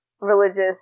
religious